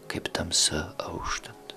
kaip tamsa auštant